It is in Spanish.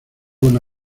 una